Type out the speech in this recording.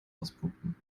auspumpen